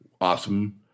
awesome